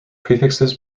prefixes